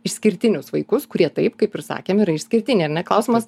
išskirtinius vaikus kurie taip kaip ir sakėm yra išskirtiniai ar ne klausimas